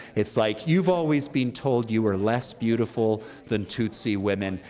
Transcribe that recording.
it's like you've always been told you were less beautiful than tutsi women.